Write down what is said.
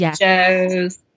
shows